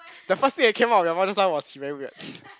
the first thing that came out of your mouth this time was very weird